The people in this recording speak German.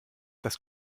das